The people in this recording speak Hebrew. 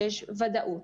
שיש ודאות